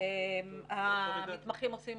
המתמחים עושים